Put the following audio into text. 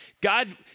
God